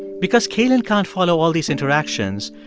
because cailin can't follow all these interactions,